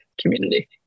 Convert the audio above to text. community